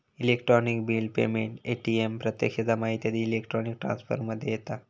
electronic bill payment, ATM प्रत्यक्ष जमा इत्यादी इलेक्ट्रॉनिक ट्रांसफर मध्ये येता